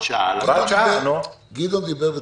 גדעון דיבר,